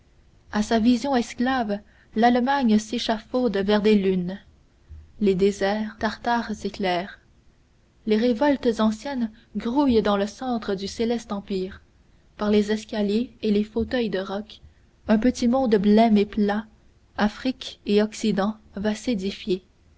a sa vision esclave l'allemagne s'échafaude vers des lunes les déserts tartares s'éclairent les révoltes anciennes grouillent dans le centre du céleste empire par les escaliers et les fauteuils de rocs un petit monde blême et plat afrique et occident va